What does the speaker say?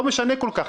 זה לא משנה כל כך.